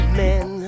men